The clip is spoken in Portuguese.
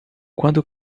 quando